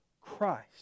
Christ